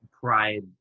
pride